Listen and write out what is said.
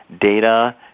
data